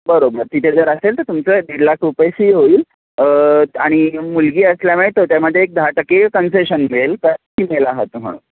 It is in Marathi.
बरोबर तिथे जर असेल तर तुमचं दीड लाख रुपये फी होईल आणि मुलगी असल्यामुळे तो त्यामध्ये एक दहा टक्के कन्सेशन मिळेल त फीमेल आहात म्हणून